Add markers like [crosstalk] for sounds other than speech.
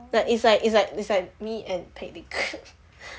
it's like it's like it's like me and pei li [noise]